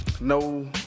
no